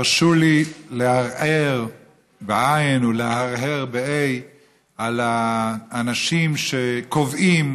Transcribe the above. הרשו לי לערער בעי"ן ולהרהר בה"א על האנשים שקובעים